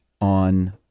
on